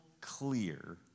clear